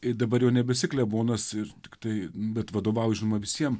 ir dabar jau nebesi klebonas ir tiktai bet vadovaujama visiems